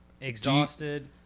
exhausted